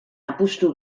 apustu